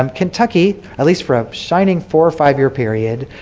um kentucky, at least for a shining four or five year period,